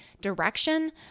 direction